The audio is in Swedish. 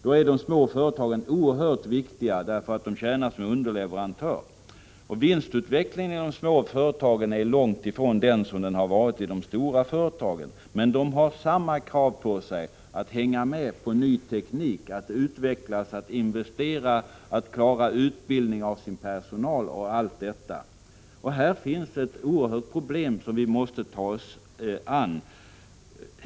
Då är de små företagen oerhört viktiga, därför att de tjänar som underleverantörer. Vinstutvecklingen i de små företagen är långt ifrån den som har varit vanlig i de stora företagen, men de små företagen har samma krav på sig att hänga med på ny teknik, utvecklas, investera, klara utbildningen av sin personal och allt sådant. Här finns ett oerhört problem, som vi måste ta oss an.